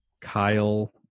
Kyle